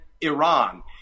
Iran